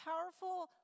powerful